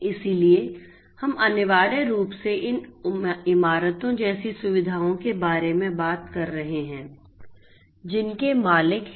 इसलिए हम अनिवार्य रूप से इन इमारतों जैसी सुविधाओं के बारे में बात कर रहे हैं जिनके मालिक हैं